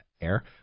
air